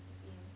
I think